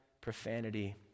profanity